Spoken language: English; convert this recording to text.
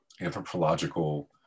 anthropological